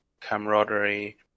camaraderie